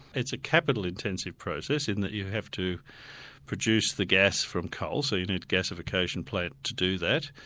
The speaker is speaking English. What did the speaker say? it's a capital intensive process in that you have to produce the gas from coal, so you need a gasification plant to do that.